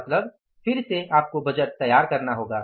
मतलब फिर से आपको बजट तैयार करना होगा